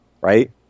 right